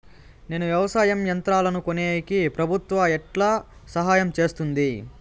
నేను వ్యవసాయం యంత్రాలను కొనేకి ప్రభుత్వ ఎట్లా సహాయం చేస్తుంది?